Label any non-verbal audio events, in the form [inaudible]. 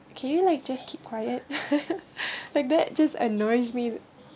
[laughs] [breath] like that's just annoys me